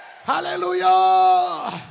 Hallelujah